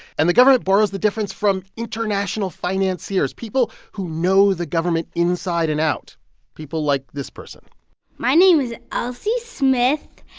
and the government borrows the difference from international financiers people who know the government inside and out people like this person my name elsie smith,